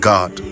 God